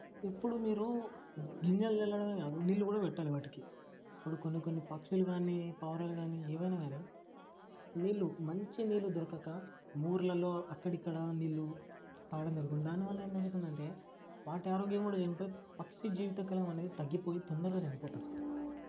ఎప్పుడూ మీరు గింజలు చల్లడమే కాదు నీళ్ళు కూడా పెట్టాలి వాటికి ఇప్పుడు కొన్ని కొన్ని పక్షులు కాని పావురాలు కాని ఏమైనా కాని నీళ్ళు మంచి నీళ్ళు దొరకక ముర్లలో అక్కడిక్కడ నీళ్ళు తాగడం జరుగుతుంది దానివల్ల ఏం జరుగుతుందంటే వాటి ఆరోగ్యం కూడా చెడిపోయి పక్షి జీవిత కాలం అనేది తగ్గిపోయి తొందరగా చనిపోతారు